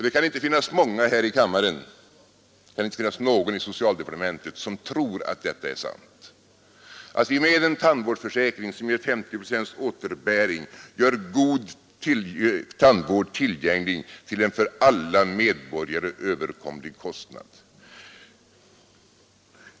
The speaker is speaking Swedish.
Det kan inte finnas många här i kammaren — och inte någon i socialdepartementet — som tror att detta är sant, att vi med en tandvårdsförsäkring som ger 50 procents återbäring gör tandvård tillgänglig till en för alla medborgare överkomlig kostnad.